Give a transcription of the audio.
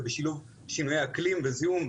בשילוב שינויי אקלים וזיהום,